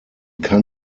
kann